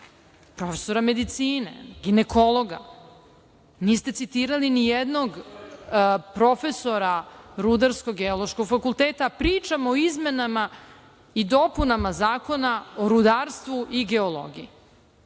profesora medicine, ginekologa. Niste citirali nijednog profesora Rudarsko-geološkog fakulteta, a pričamo o izmenama i dopunama Zakona o rudarstvu i geologiji.